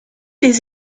des